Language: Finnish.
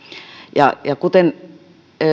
kuten